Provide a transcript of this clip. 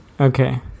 Okay